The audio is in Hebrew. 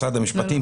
משרד המשפטים,